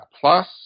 Plus